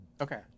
Okay